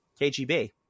KGB